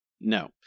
No